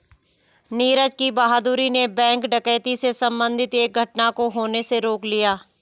नीरज की बहादूरी ने बैंक डकैती से संबंधित एक घटना को होने से रोक लिया